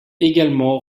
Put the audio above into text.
également